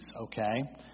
okay